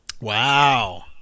Wow